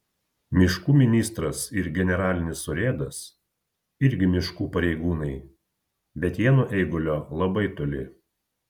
miškų ministras ir generalinis urėdas irgi miškų pareigūnai bet jie nuo eigulio labai toli